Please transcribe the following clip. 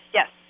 Yes